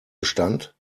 bestand